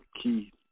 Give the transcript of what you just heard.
key